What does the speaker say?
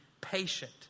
patient